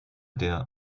der